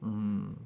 mm